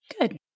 Good